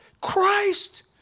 Christ